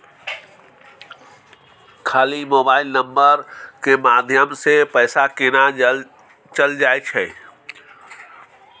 खाली mobile number के माध्यम से पैसा केना चल जायछै?